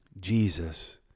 Jesus